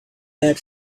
bad